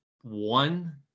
one